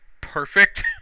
perfect